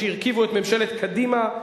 שהרכיבו את ממשלת קדימה,